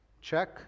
Check